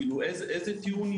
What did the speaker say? איזה טיעון?